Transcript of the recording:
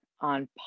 On